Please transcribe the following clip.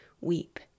weep